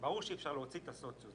אפשר להוציא את הסוציו,